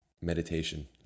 meditation